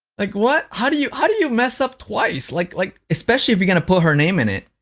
like, what? how do you how do you mess up twice? like, like, especially if you're gonna put her name in it.